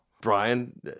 Brian